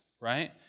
right